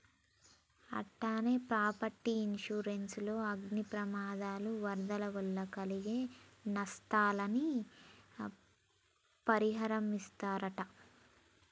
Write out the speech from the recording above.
అట్టనే property insurance లో అగ్ని ప్రమాదాలు, వరదల వల్ల కలిగే నస్తాలని పరిహారమిస్తరట